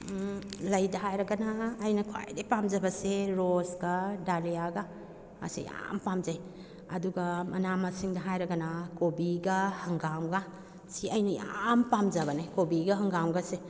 ꯂꯩꯗ ꯍꯥꯏꯔꯒꯅ ꯑꯩꯅ ꯈ꯭ꯋꯥꯏꯗꯒꯤ ꯄꯥꯝꯖꯕꯁꯦ ꯔꯣꯁꯀ ꯗꯥꯂꯤꯌꯥꯒ ꯑꯁꯤ ꯌꯥꯝ ꯄꯥꯝꯖꯩ ꯑꯗꯨꯒ ꯃꯅꯥ ꯃꯁꯤꯡꯗ ꯍꯥꯏꯔꯒꯅ ꯀꯣꯕꯤꯒ ꯍꯪꯒꯥꯝꯒ ꯑꯁꯤ ꯑꯩꯅ ꯌꯥꯝ ꯄꯥꯝꯖꯕꯅꯦ ꯀꯣꯕꯤꯒ ꯍꯪꯒꯥꯝꯒꯁꯦ